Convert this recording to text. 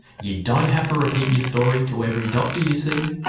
you don't have to repeat your story to every doctor you see,